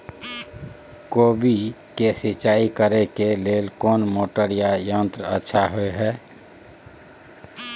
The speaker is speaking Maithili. कोबी के सिंचाई करे के लेल कोन मोटर या यंत्र अच्छा होय है?